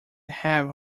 have